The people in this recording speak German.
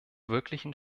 wirklichen